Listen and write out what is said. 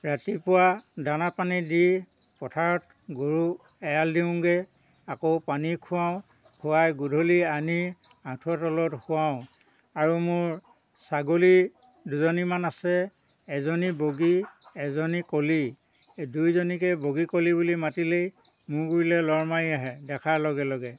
ৰাতিপুৱা দানা পানী দি পথাৰত গৰু এৰাল দিওঁংগে আকৌ পানী খুৱাওঁ খুৱাই গধূলী আনি আঠুৱা তলত শুৱাও আৰু মোৰ ছাগলী দুজনীমান আছে এজনী বগী এজনী কলী এই দুয়োজনীকে বগী কলী বুলি মাতিলেই মোৰ গুৰিলে লৰ মাৰি আহে দেখাৰ লগে লগে